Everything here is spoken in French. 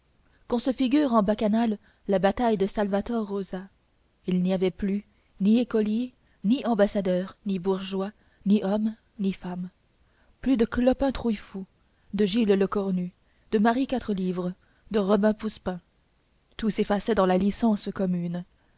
qu'on se figure en bacchanale la bataille de salvator rosa il n'y avait plus ni écoliers ni ambassadeurs ni bourgeois ni hommes ni femmes plus de clopin trouillefou de gilles lecornu de marie quatrelivres de robin poussepain tout s'effaçait dans la licence commune